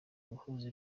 uguhuza